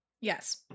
Yes